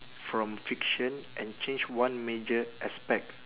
from fiction and change one major aspect